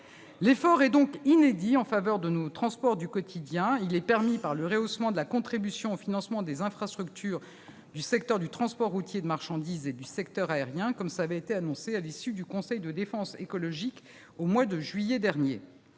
effort inédit en faveur de nos transports du quotidien est permis par le rehaussement de la contribution au financement des infrastructures du secteur du transport routier de marchandises et du secteur aérien, annoncé à l'issue du conseil de défense écologique du mois de juillet dernier.